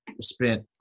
spent